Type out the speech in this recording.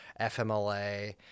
fmla